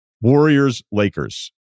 Warriors-Lakers